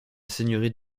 seigneurie